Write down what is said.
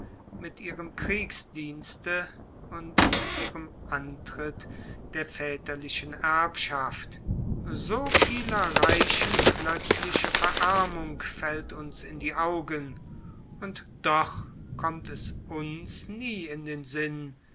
mit ihrem kriegsdienste und mit ihrem antritt der väterlichen erbschaft so vieler reichen plötzliche verarmung fällt uns in die augen und kommt es uns nie in den sinn